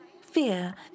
fear